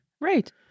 Right